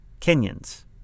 Kenyans